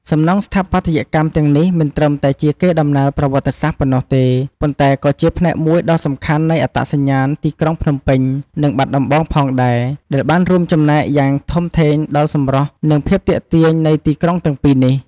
សំណង់ស្ថាបត្យកម្មទាំងនេះមិនត្រឹមតែជាកេរដំណែលប្រវត្តិសាស្ត្រប៉ុណ្ណោះទេ ប៉ុន្តែក៏ជាផ្នែកមួយដ៏សំខាន់នៃអត្តសញ្ញាណទីក្រុងភ្នំពេញ និងបាត់ដំបងផងដែរ ដែលបានរួមចំណែកយ៉ាងធំធេងដល់សម្រស់ និងភាពទាក់ទាញនៃទីក្រុងទាំងពីរនេះ។